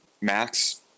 max